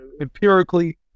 empirically